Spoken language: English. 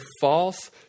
false